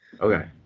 Okay